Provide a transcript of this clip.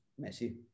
Messi